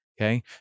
Okay